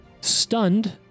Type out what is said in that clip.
stunned